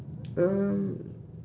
um